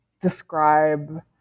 describe